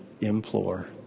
implore